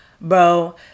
bro